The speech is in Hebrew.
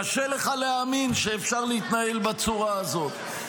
קשה לך להאמין שאפשר להתנהל בצורה הזאת.